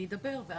אני ידבר.